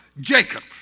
jacob